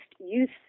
youth